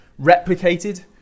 replicated